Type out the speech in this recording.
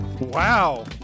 Wow